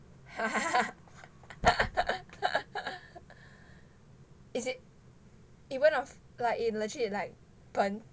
is it even of like eh legit like burnt